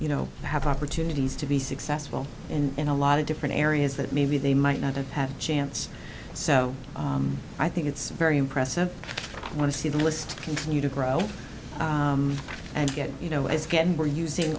you know have opportunities to be successful and a lot of different areas that maybe they might not have had a chance so i think it's very impressive i want to see the list continue to grow and get you know is getting we're using